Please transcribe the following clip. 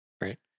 right